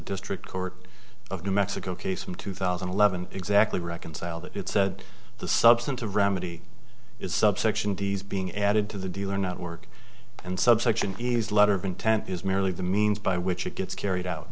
district court of new mexico case from two thousand and eleven exactly reconcile that it said the substantive remedy is subsection d's being added to the dealer network and subsection e s letter of intent is merely the means by which it gets carried out